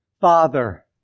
Father